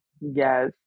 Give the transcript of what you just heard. Yes